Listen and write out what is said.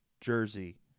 jersey